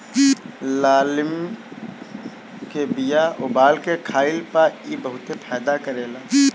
लालमि के बिया उबाल के खइला पर इ बहुते फायदा करेला